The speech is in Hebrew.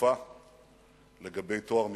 ובאכיפה לגבי טוהר מידות.